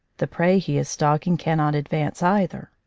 the prey he is stalking cannot ad vance either.